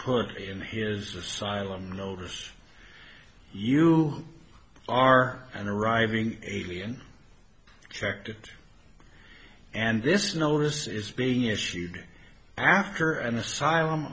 put in his asylum notice you are and arriving alien checked and this notice is being issued after an asylum